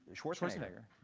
ah schwarzenegger.